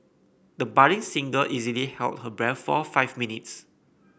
the budding singer easily held her breath for five minutes